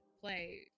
play